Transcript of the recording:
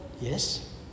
Yes